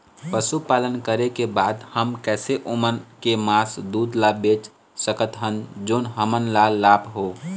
पशुपालन करें के बाद हम कैसे ओमन के मास, दूध ला बेच सकत हन जोन हमन ला लाभ हो?